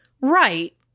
right